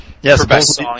Yes